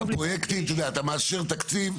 אתה מאשר תקציב,